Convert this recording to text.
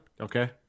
Okay